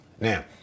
Now